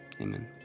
amen